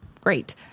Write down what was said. great